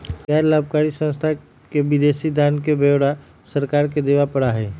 गैर लाभकारी संस्था के विदेशी दान के ब्यौरा सरकार के देवा पड़ा हई